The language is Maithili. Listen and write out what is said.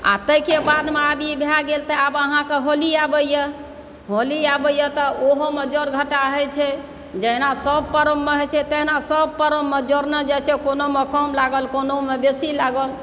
आ ताहिके बादमे आब ई भए गेल तऽ आब अहाँकेँ होली आबैए होली आबैए तऽ ओहोमे जोड़ घटा होइत छै जहिना सभ पर्वमे होइत छै तहिना सभ पर्वमे जोड़ने जाइत छै कोनोमे कम लागल कोनोमे बेशी लागल